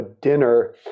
dinner